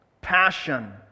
passion